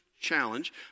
challenge